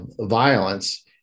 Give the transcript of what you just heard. violence